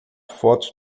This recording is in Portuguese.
fotos